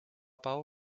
bau